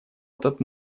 этот